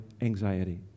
anxiety